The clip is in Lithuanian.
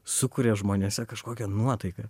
sukuria žmonėse kažkokią nuotaiką